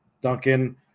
Duncan